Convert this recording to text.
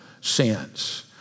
sins